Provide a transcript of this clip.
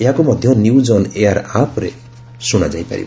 ଏହାକୁ ମଧ୍ୟ news on air ଆପ୍ରେ ଶୁଣାଯାଇ ପାରିବ